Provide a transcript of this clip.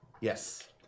Yes